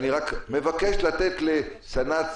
אני רק מבקש לתת לסנ"צ